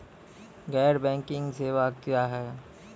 गैर बैंकिंग सेवा क्या हैं?